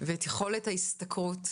ואת יכולת ההשתכרות,